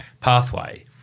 pathway